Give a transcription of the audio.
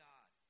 God